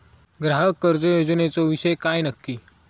ग्राहक कर्ज योजनेचो विषय काय नक्की?